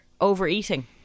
overeating